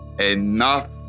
enough